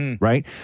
Right